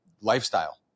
lifestyle